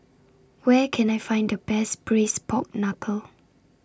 Where Can I Find The Best Braised Pork Knuckle